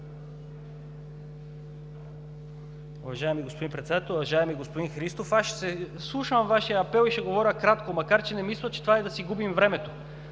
Уважаеми господин Председател! Уважаеми господин Христов, ще се вслушам във Вашия апел и ще говоря кратко, макар да не мисля, че това е, за да си губим времето.